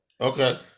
Okay